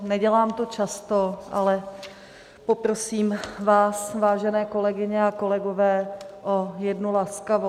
Nedělám to často, ale poprosím vás, vážené kolegyně a kolegové, o jednu laskavost.